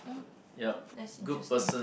oh that that's interesting